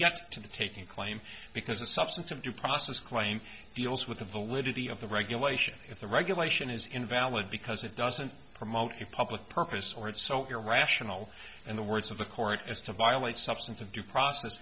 get to the taking claim because a substantive due process claim deals with the validity of the regulation if the regulation is invalid because it doesn't promote a public purpose or it's so irrational in the words of the court as to violate substantive due process